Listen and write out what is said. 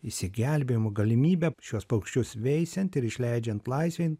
išsigelbėjimo galimybę šiuos paukščius veisiant ir išleidžiant laisvėn